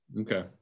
okay